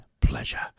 pleasure